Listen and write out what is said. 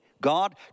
God